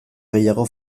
gehiago